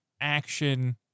action